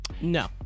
No